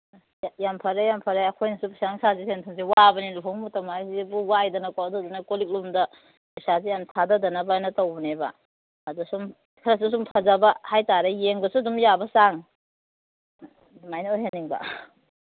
ꯌꯥꯝ ꯐꯔꯦ ꯌꯥꯝ ꯐꯔꯦ ꯑꯩꯈꯣꯏꯅꯁꯨ ꯄꯩꯁꯥ ꯅꯨꯡꯁꯥꯁꯦ ꯁꯦꯟꯊꯨꯝꯁꯦ ꯋꯥꯕꯅꯤꯅ ꯂꯨꯍꯣꯡꯕ ꯃꯇꯝ ꯍꯥꯏꯕꯁꯤꯕꯨ ꯋꯥꯏꯗꯅꯀꯣ ꯑꯗꯨꯗꯨꯅ ꯀꯣꯜꯂꯤꯛꯂꯣꯝꯗ ꯄꯩꯁꯥꯁꯦ ꯌꯥꯝ ꯊꯥꯗꯗꯅꯕ ꯍꯥꯏꯅ ꯇꯧꯕꯅꯦꯕ ꯑꯗꯨꯗ ꯁꯨꯝ ꯈꯔꯁꯨ ꯑꯗꯨꯝ ꯐꯖꯕ ꯍꯥꯏꯇꯥꯔꯦ ꯌꯦꯡꯕꯗ ꯁꯨꯝ ꯌꯥꯕ ꯆꯥꯡ ꯑꯗꯨꯃꯥꯏꯅ ꯑꯣꯏꯍꯟꯅꯤꯡꯕ